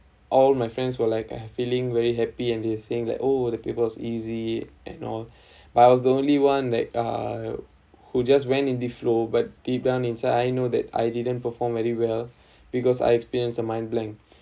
all my friends were like have feeling very happy and they saying like oh the paper was easy and all but I was the only one that uh who just went in the flow but deep down inside I know that I didn't perform very well because I experience a mind blank